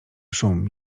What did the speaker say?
szum